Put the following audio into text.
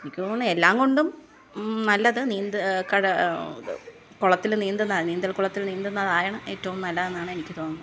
എനിക്ക് തോന്നാണു എല്ലാം കൊണ്ടും നല്ലത് നീന്ത് കട കുളത്തിൽ നീന്തുന്നത് നീന്തൽ കുളത്തില് നീന്തുന്നതാണ് ഏറ്റവും നല്ലതെന്നാണ് എനിക്ക് തോന്നുന്നത്